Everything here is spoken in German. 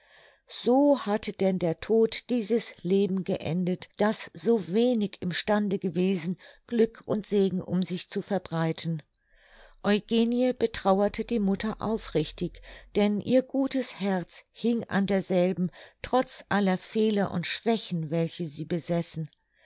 so hatte denn der tod dieses leben geendet das so wenig im stande gewesen glück und segen um sich zu verbreiten eugenie betrauerte die mutter aufrichtig denn ihr gutes herz hing an derselben trotz aller fehler und schwächen welche sie besessen